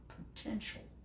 potential